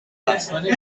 passed